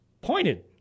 pointed